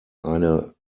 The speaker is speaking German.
eine